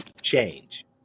change